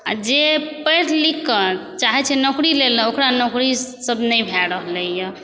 आओर जे पढ़ि लिखकऽ चाहै छै नौकरी लै लए ओकरा नौकरी सब नहि भऽ रहलैए